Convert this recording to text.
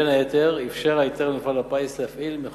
ובכלל זאת משחקי רולטה במכונות,